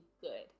good